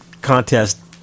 contest